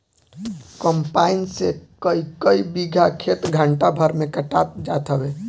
combine से कईकई बीघा खेत घंटा भर में कटात जात हवे